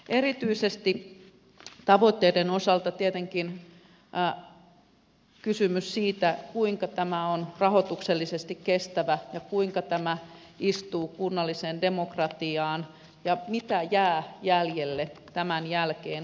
erityisesti tavoitteiden osalta tietenkin kysymys siitä kuinka tämä on rahoituksellisesti kestävä ja kuinka tämä istuu kunnalliseen demokratiaan ja mitä jää jäljelle tämän jälkeen kuntiin